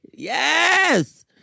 Yes